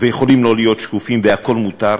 ואלה יכולים לא להיות שקופים והכול מותר,